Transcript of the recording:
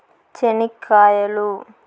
చెనిక్కాయలు